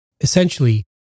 Essentially